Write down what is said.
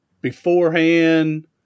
beforehand